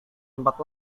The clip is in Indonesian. tempat